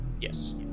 Yes